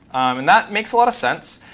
and that makes a lot of sense,